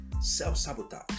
self-sabotage